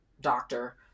doctor